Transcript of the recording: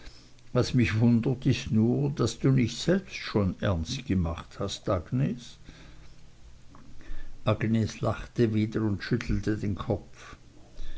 was mich wundert ist nur daß du nicht selbst schon ernst gemacht hast agnes agnes lachte wieder und schüttelte den kopf